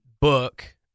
book